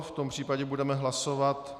V tom případě budeme hlasovat.